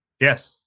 Yes